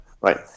Right